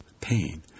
pain